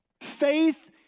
Faith